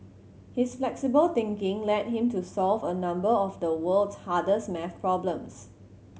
his flexible thinking led him to solve a number of the world's hardest maths problems